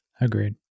Agreed